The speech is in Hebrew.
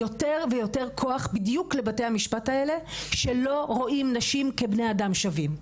יותר ויותר כוח בדיוק לבתי המשפט האלה שלא רואים נשים כבני אדם שווים.